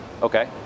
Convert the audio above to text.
Okay